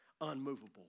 unmovable